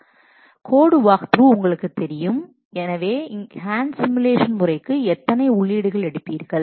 code walkthrough உங்களுக்குத் தெரியும் எனவே ஹேண்ட் சிமுலேஷன் முறைக்கு எத்தனை உள்ளீடுகளை எடுப்பீர்கள்